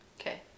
Okay